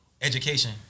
education